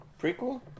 prequel